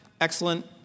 Excellent